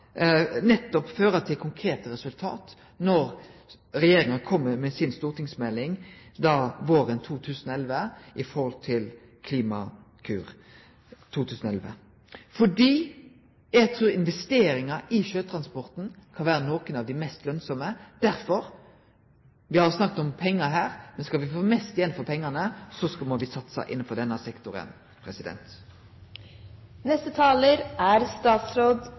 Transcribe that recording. til konkrete resultat når regjeringa kjem med si stortingsmelding om Klimakur våren 2011, fordi eg trur investeringane i sjøtransporten kan vere nokre av dei mest lønsame. Derfor: Me har snakka om pengar her, men skal me få mest igjen for pengane, må me satse innanfor denne sektoren.